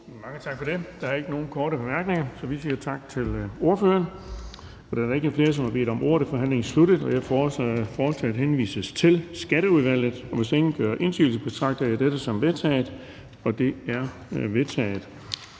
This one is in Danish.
Mange tak for det. Der er ikke nogen korte bemærkninger, så vi siger tak til ordføreren. Da der ikke er flere, som har bedt om ordet, er forhandlingen sluttet. Jeg foreslår, at forslaget til folketingsbeslutning henvises til Skatteudvalget, og hvis ingen gør indsigelse, betragter jeg dette som vedtaget. Det er vedtaget.